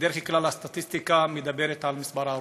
בדרך כלל הסטטיסטיקה מדברת על מספר ההרוגים,